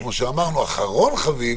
כמו שאמרנו, אחרון חביב